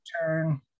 turn